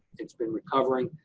it's been recovering.